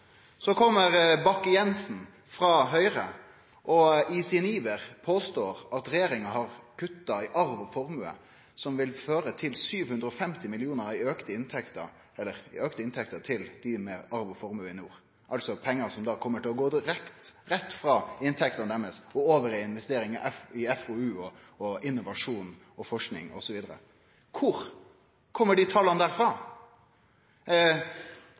Så kjem Bakke-Jensen frå Høgre og i sin iver påstår han at regjeringa har kutta i arveavgift og formuesskatt, som vil føre til 750 mill. kr i auka inntekter til dei med arv og formue i nord, altså pengar som kjem til å gå rett frå inntekta deira og over i investeringar i FoU, innovasjon, forsking osv. Kor kjem dei tala frå?